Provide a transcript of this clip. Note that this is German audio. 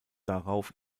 darauf